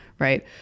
Right